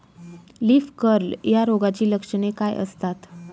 Leaf curl या रोगाची लक्षणे काय असतात?